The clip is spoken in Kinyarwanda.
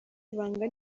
ibanga